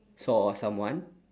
saw someone